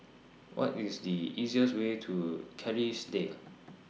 What IS The easiest Way to Kerrisdale